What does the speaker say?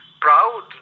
proud